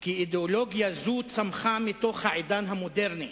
כי אידיאולוגיה זו צמחה מתוך העידן המודרני.